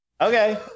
okay